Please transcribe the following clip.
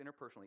interpersonally